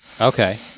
Okay